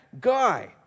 guy